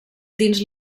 dins